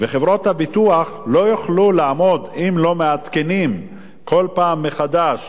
וחברות הביטוח לא יוכלו לעמוד אם לא מעדכנים כל פעם מחדש